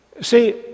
See